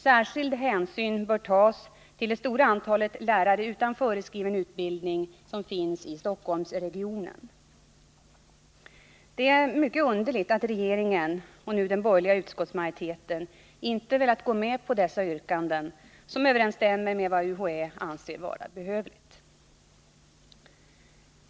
Särskild hänsyn bör tas till det stora antalet lärare utan föreskriven utbildning som finns i Stockholmsregionen. Det är mycket underligt att regeringen och nu den borgerliga utskottsmajoriteten inte har velat gå med på dessa yrkanden, som överensstämmer med vad UHÄ anser vara behövligt.